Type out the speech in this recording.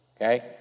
okay